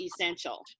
essential